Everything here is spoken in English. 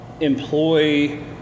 employ